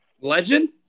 Legend